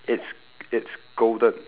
it's it's golden